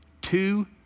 Two